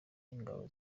ingabo